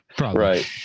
right